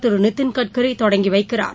திரு நிதின் கட்கரி தொடங்கிவைக்கிறார்